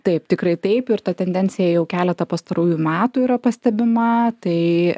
taip tikrai taip ir ta tendencija jau keletą pastarųjų metų yra pastebima tai